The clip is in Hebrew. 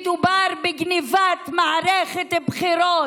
מדובר בגנבת מערכת בחירות,